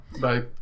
Bye